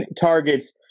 targets